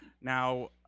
Now